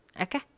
okay